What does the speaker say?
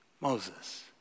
Moses